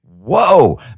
whoa